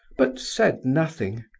but said nothing.